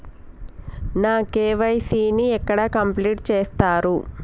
నా కే.వై.సీ ని ఎక్కడ కంప్లీట్ చేస్తరు?